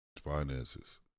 finances